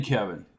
Kevin